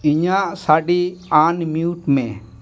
ᱤᱧᱟᱹᱜ ᱥᱟᱰᱮ ᱟᱱᱼᱢᱤᱭᱩᱴ ᱢᱮ